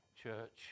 church